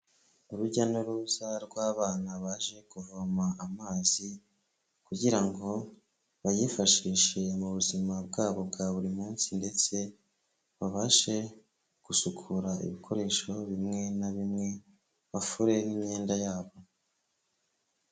Urujya n'uruza rw'abana baje kuvoma amazi kugira ngo bayifashishe mu buzima bwabo bwa buri munsi ndetse babashe gusukura ibikoresho bimwe na bimwe bafure n'imyenda yabo.